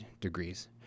degrees